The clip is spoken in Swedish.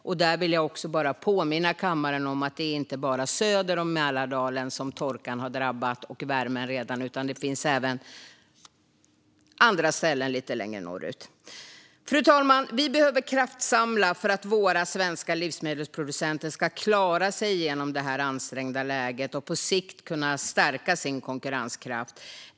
Jag vill också påminna kammaren om att det inte bara är landsdelarna söder om Mälardalen som torkan och värmen redan har drabbat, utan att det även gäller andra ställen längre norrut. Fru talman! Vi behöver kraftsamla för att våra svenska livsmedelsproducenter ska klara sig genom det här ansträngda läget och på sikt kunna stärka sin konkurrenskraft.